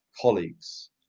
colleagues